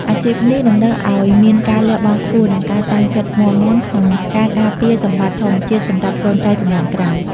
អាជីពនេះតម្រូវឱ្យមានការលះបង់ខ្ពស់ និងការតាំងចិត្តមាំមួនក្នុងការការពារសម្បត្តិធម្មជាតិសម្រាប់កូនចៅជំនាន់ក្រោយ។